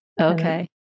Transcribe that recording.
Okay